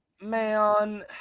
Man